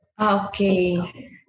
Okay